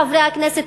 חברי הכנסת,